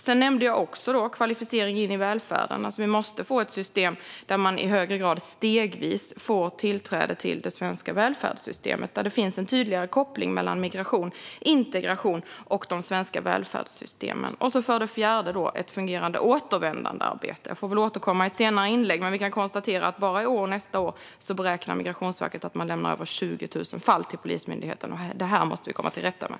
Jag nämnde kvalificering in i välfärden. Vi måste få ett system där man i högre grad stegvis får tillträde till det svenska välfärdssystemet och där det finns en tydligare koppling mellan migration, integration och de svenska välfärdssystemen. Ett fungerande återvändandearbete får jag väl återkomma till i nästa inlägg. Men vi kan konstatera att bara i år och nästa år beräknar Migrationsverket att man lämnar över 20 000 fall till Polismyndigheten. Det här måste vi komma till rätta med.